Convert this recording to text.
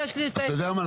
אתה יודע מה?